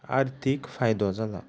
आर्थीक फायदो जाला